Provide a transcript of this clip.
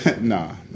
Nah